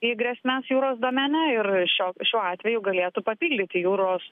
į grėsmes jūros domene ir šio šiuo atveju galėtų papildyti jūros